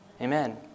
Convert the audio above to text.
Amen